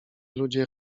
ludzie